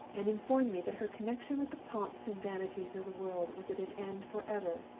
and informed me that her connection with the pomps and vanities of the world was at an end forever.